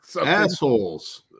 assholes